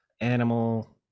animal